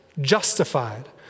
justified